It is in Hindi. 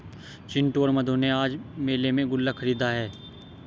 चिंटू और मधु ने आज मेले में गुल्लक खरीदा है